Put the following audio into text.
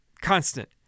constant